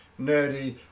nerdy